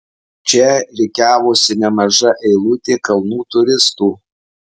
čia rikiavosi nemaža eilutė kalnų turistų